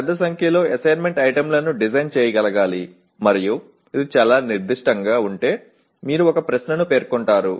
పెద్ద సంఖ్యలో అసెస్మెంట్ ఐటెమ్లను డిజైన్ చేయగలగాలి మరియు ఇది చాలా నిర్దిష్టంగా ఉంటే మీరు ఒక ప్రశ్నను పేర్కొంటారు